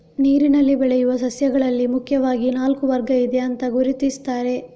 ನೀರಿನಲ್ಲಿ ಬೆಳೆಯುವ ಸಸ್ಯಗಳಲ್ಲಿ ಮುಖ್ಯವಾಗಿ ನಾಲ್ಕು ವರ್ಗ ಇದೆ ಅಂತ ಗುರುತಿಸ್ತಾರೆ